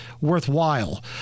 worthwhile